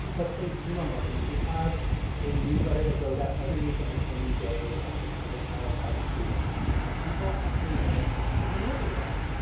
let's say, it's email marketing. we have a newsletter that goes out every week on the same day at kickstarter called projects we love. and people actually love opening and looking at it.